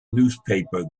newspapers